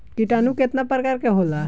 किटानु केतना प्रकार के होला?